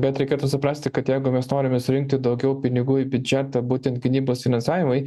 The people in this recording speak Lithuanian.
bet reikėtų suprasti kad jeigu mes norime surinkti daugiau pinigų į biudžetą būtent gynybos finansavimui